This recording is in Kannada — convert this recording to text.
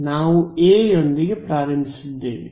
ನಾವು A ಯೊಂದಿಗೆ ಪ್ರಾರಂಭಿಸಿದ್ದೇವೆ